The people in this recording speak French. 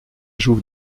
jouve